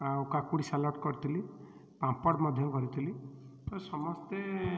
ଆଉ କାକୁଡ଼ି ସାଲାଟ କରିଥିଲି ପାମ୍ପଡ଼ ମଧ୍ୟ କରିଥିଲି ପ୍ରାୟ ସମସ୍ତେ